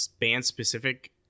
band-specific